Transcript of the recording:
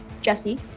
Jesse